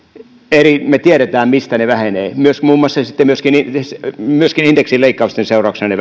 eli me tiedämme mistä ne vähenevät muun muassa sitten myöskin indeksileikkausten seurauksena ne